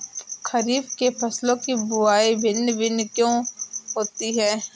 खरीफ के फसलों की बुवाई भिन्न भिन्न क्यों होती है?